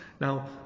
now